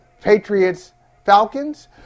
Patriots-Falcons